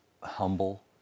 humble